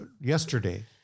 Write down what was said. yesterday